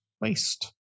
waste